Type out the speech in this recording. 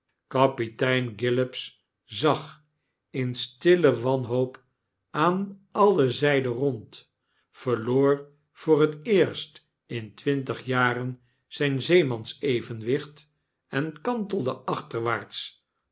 kapitein gillops zag in stille wanhoop aan alle zyden rond verloor voor t eerst in twintig jaren zyn zeemansevenwicht en kantelde achterwaarts